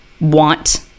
want